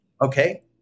okay